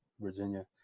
Virginia